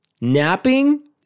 napping